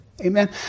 Amen